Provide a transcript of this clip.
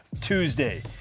Tuesday